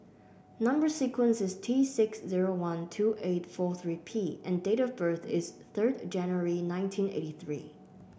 number sequence is T six zero one two eight four three P and date of birth is third January nineteen eighty three